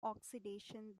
oxidation